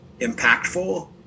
impactful